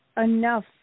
enough